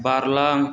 बारलां